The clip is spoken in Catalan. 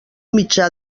mitjà